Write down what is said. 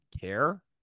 care